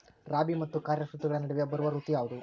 ರಾಬಿ ಮತ್ತು ಖಾರೇಫ್ ಋತುಗಳ ನಡುವೆ ಬರುವ ಋತು ಯಾವುದು?